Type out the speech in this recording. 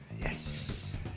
yes